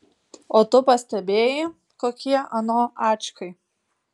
o tu pastebėjai kokie ano ačkai